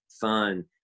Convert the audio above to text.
fun